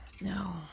No